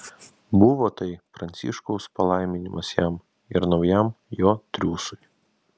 buvo tai pranciškaus palaiminimas jam ir naujam jo triūsui